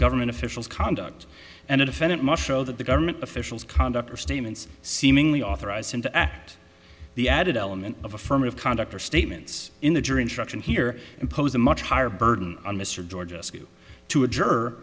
government officials conduct and the defendant must show that the government officials conduct or statements seemingly authorized him to act the added element of affirmative conduct or statements in the jury instruction here impose a much higher burden on mr georgescu to a j